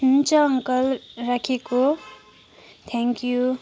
हुन्छ अङ्कल राखेको thank you